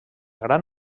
gran